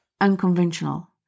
unconventional